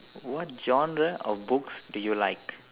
what genre of books do you like